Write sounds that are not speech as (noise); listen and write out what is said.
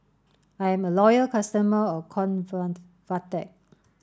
I'm a loyal customer of (unintelligible)